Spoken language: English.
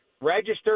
registered